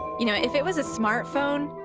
you know, if it was a smartphone,